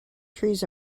trees